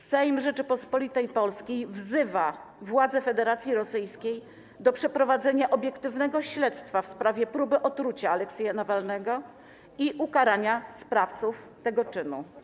Sejm Rzeczypospolitej Polskiej wzywa władze Federacji Rosyjskiej do przeprowadzenia obiektywnego śledztwa w sprawie próby otrucia Aleksieja Nawalnego i ukarania sprawców tego czynu.